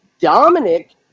Dominic